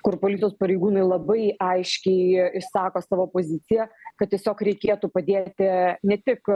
kur policijos pareigūnai labai aiškiai išsako savo poziciją kad tiesiog reikėtų padėti ne tik